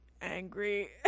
angry